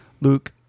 Luke